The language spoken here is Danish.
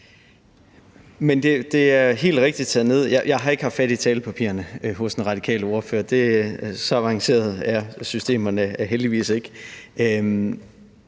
Det er helt rigtigt taget ned. Jeg har ikke haft fat i talepapirerne hos den radikale ordfører. Så avancerede er systemerne heldigvis ikke.